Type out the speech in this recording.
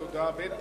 תודה, ב.